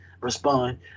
respond